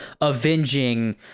avenging